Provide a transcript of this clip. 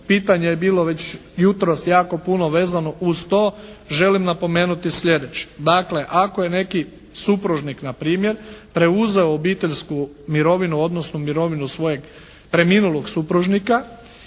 pitanje je već bilo jutros jako puno vezano uz to, želim napomenuti sljedeće. Dakle ako je neki supružnik npr. preuzeo obiteljsku mirovinu, odnosno mirovinu svojeg preminulog supružnika,